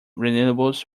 renewables